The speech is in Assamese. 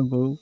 আৰু গৰু